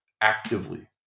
actively